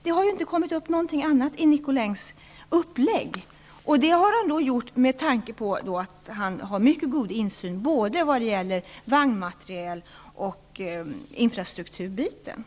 Det har ju inte kommit fram något annat i Nicolins uppläggning, som tillkommit på grundval av att han har mycket god insyn både i vagnmaterial och i infrastrukturförhållanden.